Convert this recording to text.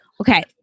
Okay